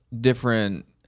different